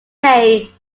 may